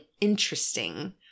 interesting